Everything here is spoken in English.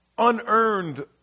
unearned